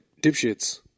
dipshits